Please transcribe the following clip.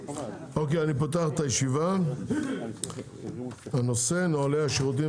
אוקיי אני פותח את הישיבה בנושא נהלי השירותים